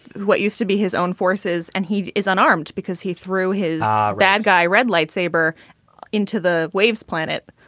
what used to be his own forces, and he is unarmed because he threw his bad guy red light saber into the waves planet.